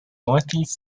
northeast